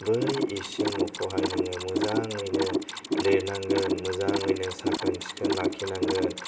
बै इसिं न'खौहाय नोङो मोजाङैनो लेरनांगोन मोजाङैनो साखोन सिखोन लाखि नांगोन